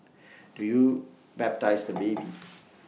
do you baptise the baby